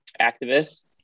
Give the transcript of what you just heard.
activists